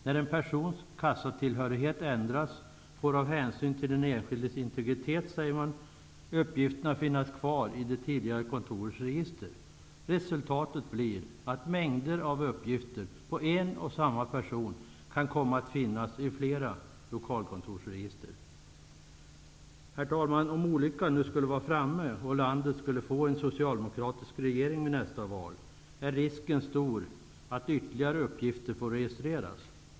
När en persons kassatillhörighet ändras säger man att uppgifterna av hänsyn till den enskildes integritet får finnas kvar i det tidigare kontorets register. Resultatet av detta blir att mängder av uppgifter om en och samma person kan komma att finnas i flera lokalkontorsregister. Herr talman! Om olyckan skulle vara framme och landet skulle få en socialdemokratisk regering vid nästa val är risken stor att ytterligare uppgifter kommer att få registreras.